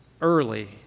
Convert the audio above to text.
early